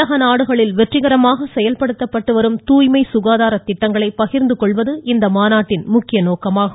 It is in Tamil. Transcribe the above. உலக நாடுகளில் வெற்றிகரமாக செயல்படுத்தப்பட்டு வரும் தூய்மை சுகாதார திட்டங்களை பகிர்ந்துகொள்வது இந்த மாநாட்டின் முக்கிய நோக்கமாகும்